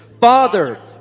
father